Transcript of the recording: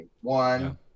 One